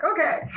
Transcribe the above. okay